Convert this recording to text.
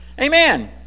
Amen